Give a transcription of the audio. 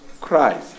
Christ